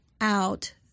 out